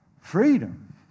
Freedom